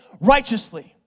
righteously